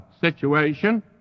situation